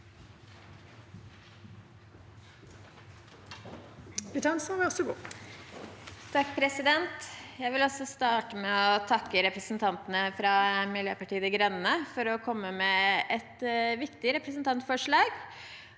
Jeg vil starte med å takke representantene fra Miljøpartiet De Grønne for å komme med et viktig representantforslag